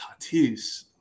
Tatis